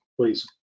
Please